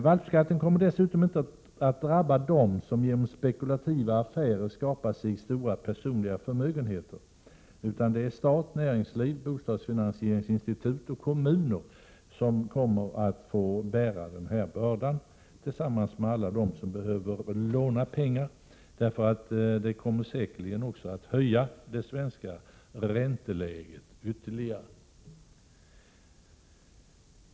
Valpskatten kommer dessutom inte att drabba dem som genom spekulativa affärer skapar sig stora personliga förmögenheter, utan det är stat, näringsliv, bostadsfinansieringsinstitut och kommuner som kommer att få bära denna börda tillsammans med alla dem som behöver låna pengar. Skatten kommer säkerligen också att höja det svenska ränteläget ytterligare.